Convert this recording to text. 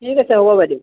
ঠিক আছে হ'ব বাইদেউ